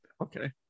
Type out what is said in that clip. Okay